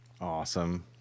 Awesome